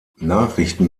nachrichten